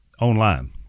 online